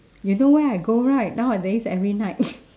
you know where I go right nowadays every night